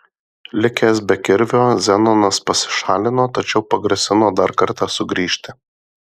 likęs be kirvio zenonas pasišalino tačiau pagrasino dar kartą sugrįžti